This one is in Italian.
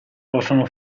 possono